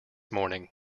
morning